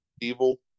Evil